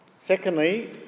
Secondly